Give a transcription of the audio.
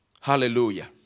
Hallelujah